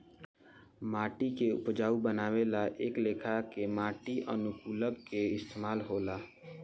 माटी के उपजाऊ बानवे ला कए लेखा के माटी अनुकूलक के इस्तमाल होला